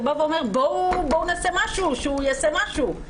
בא ואומר: בואו נעשה משהו שהוא יעשה משהו.